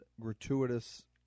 gratuitous